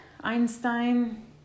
einstein